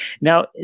Now